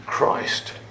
Christ